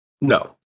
no